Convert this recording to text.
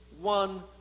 one